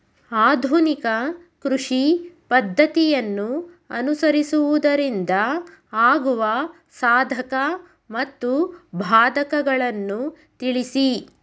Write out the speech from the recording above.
ಆಧುನಿಕ ಕೃಷಿ ಪದ್ದತಿಯನ್ನು ಅನುಸರಿಸುವುದರಿಂದ ಆಗುವ ಸಾಧಕ ಮತ್ತು ಬಾಧಕಗಳನ್ನು ತಿಳಿಸಿ?